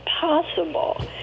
possible